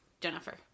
Jennifer